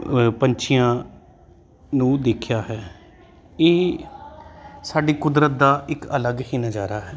ਪੰਛੀਆਂ ਨੂੰ ਦੇਖਿਆ ਹੈ ਇਹ ਸਾਡੀ ਕੁਦਰਤ ਦਾ ਇੱਕ ਅਲੱਗ ਹੀ ਨਜ਼ਾਰਾ ਹੈ